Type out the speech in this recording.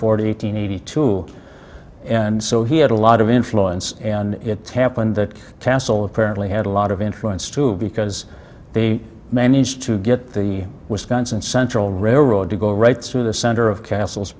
hundred eighty two and so he had a lot of influence and it happened that castle apparently had a lot of influence too because they managed to get the wisconsin central railroad to go right through the center of castle